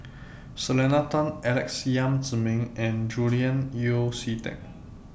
Selena Tan Alex Yam Ziming and Julian Yeo See Teck